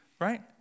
right